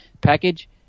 package